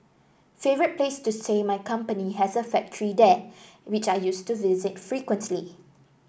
favourite place to stay my company has a factory there which I used to visit frequently